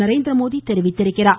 நரேந்திரமோடி தெரிவித்துள்ளார்